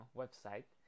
website